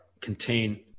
contain